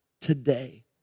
today